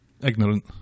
ignorant